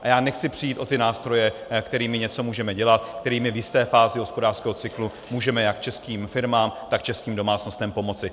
A já nechci přijít o ty nástroje, kterými můžeme něco dělat, kterými v jisté fázi hospodářského cyklu můžeme jak českým firmám, tak českým domácnostem pomoci.